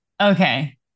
Okay